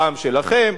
פעם שלכם,